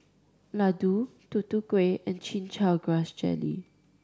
laddu Tutu Kueh and Chin Chow Grass Jelly